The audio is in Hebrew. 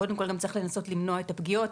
קודם כל צריך גם לנסות למנוע את הפגיעות